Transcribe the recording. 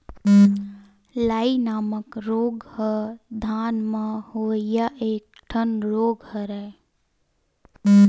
लाई नामक रोग ह धान म होवइया एक ठन रोग हरय